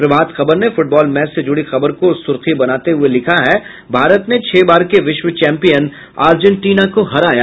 प्रभात खबर ने football match से जूड़ी खबर को सुर्खी बनाते हुए लिखा है भारत ने छह बार के विश्व चैम्पियन अर्जेंटीना को हराया